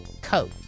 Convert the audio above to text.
coat